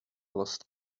lost